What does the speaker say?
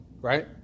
right